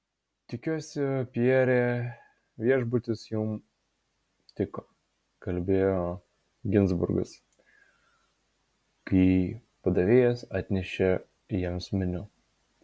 tikiuosi pierre viešbutis jums tiko kalbėjo ginzburgas kai padavėjas atnešė jiems meniu